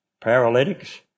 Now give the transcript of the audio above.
paralytics